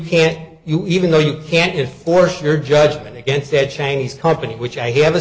can't you even though you can't force your judgment against said chinese company which i have a